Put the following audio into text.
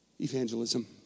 evangelism